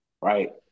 right